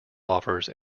offers